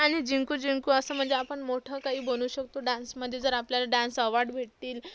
आणि जिंकू जिंकू असं म्हणजे आपण मोठं काही बनू शकतो डान्समध्ये जर आपल्याला डान्स अवॉर्ड भेटतील